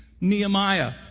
Nehemiah